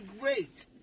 great